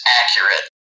accurate